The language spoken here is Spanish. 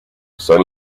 son